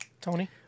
Tony